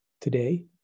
today